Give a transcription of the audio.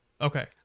Okay